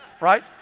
right